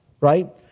right